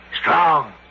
Strong